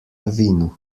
vinu